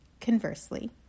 Conversely